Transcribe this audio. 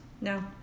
No